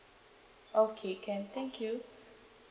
okay can thank you